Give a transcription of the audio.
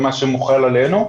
מה שמוחל עלינו.